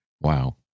Wow